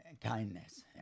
kindness